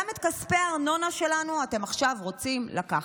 גם את כספי הארנונה שלנו אתם עכשיו רוצים לקחת.